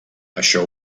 això